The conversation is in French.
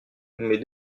mais